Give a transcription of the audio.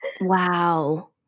Wow